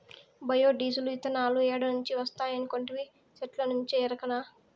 bio diesel, ఇతనాలు ఏడ నుంచి వస్తాయనుకొంటివి, సెట్టుల్నుంచే ఎరకనా